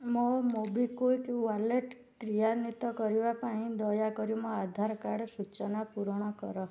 ମୋ MobiKwik wallet କ୍ରିୟାନ୍ଵିତ କରିବା ପାଇଁ ଦୟାକରି ମୋ ଆଧାର କାର୍ଡ଼ ସୂଚନା ପୂରଣ କର